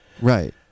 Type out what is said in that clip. right